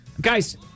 guys